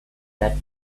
that